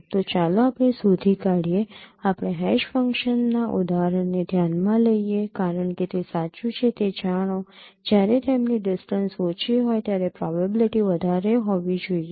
તો ચાલો આપણે શોધી કાઢીએ આપણે હેશ ફંક્શન ના ઉદાહરણ ને ધ્યાન માં લઈએ કારણ કે તે સાચું છે તે જાણો જ્યારે તેમની ડિસ્ટન્સ ઓછી હોય ત્યારે પ્રોબેબીલીટી વધારે હોવી જોઈએ